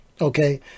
Okay